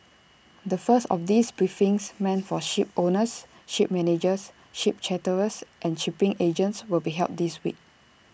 the first of these briefings meant for shipowners ship managers ship charterers and shipping agents will be held this week